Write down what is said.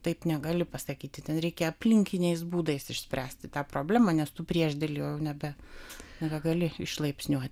taip negali pasakyti ten reikia aplinkiniais būdais išspręsti tą problemą nes tu priešdėliu nebegali išlaipsniuoti